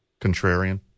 Contrarian